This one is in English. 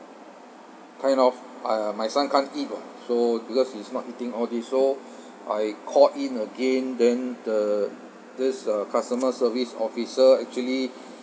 kind of uh my son can't eat [what] so because he's not eating all these so I called in again then the this uh customer service officer actually